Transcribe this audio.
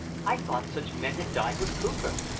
i thought such men had died with cooper!